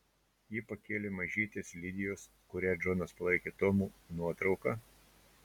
ji pakėlė mažytės lidijos kurią džonas palaikė tomu nuotrauką